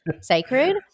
sacred